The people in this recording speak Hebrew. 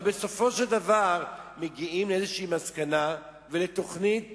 אבל בסופו של דבר מגיעים לאיזו מסקנה ולתוכנית